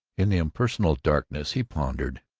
in the impersonal darkness, he pondered,